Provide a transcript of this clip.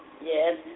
Yes